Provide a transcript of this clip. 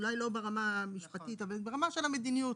אולי לא ברמה המשפטית אבל ברמה של המדיניות,